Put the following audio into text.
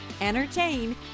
entertain